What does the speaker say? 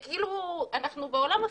אנחנו כאילו בעולם הפוך.